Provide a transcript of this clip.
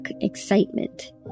excitement